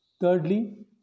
Thirdly